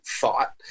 thought